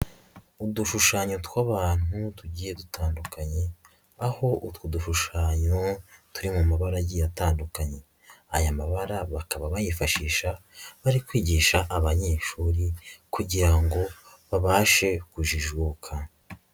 Udushushanyo tw'abantu tugiye dutandukanye, aho utwo dushushanyo turi mu mabara agiye atandukanye. Aya mabara bakaba bayifashisha bari kwigisha abanyeshuri kugira ngo babashe kujijuka.